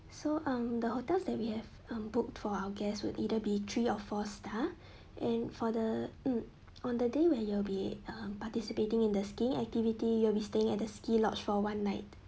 so um the hotels that we have um booked for our guests will either be three or four star and for the hmm on the day when you'll be um participating in the skiing activity you'll be staying at the ski lodge for one night